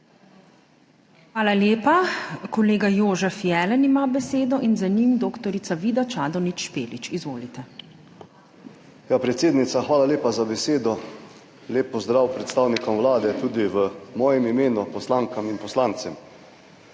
Hvala lepa. Kolega Jožef Jelen ima besedo in za njim dr. Vida Čadonič Špelič. Izvolite. **JOŽEF JELEN (PS SDS):** Ja, predsednica, hvala lepa za besedo. Lep pozdrav predstavnikom Vlade tudi v mojem imenu, poslankam in poslancem!